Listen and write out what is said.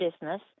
business